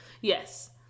Yes